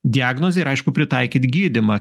diagnozę ir aišku pritaikyt gydymą